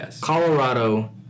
Colorado